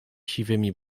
siwymi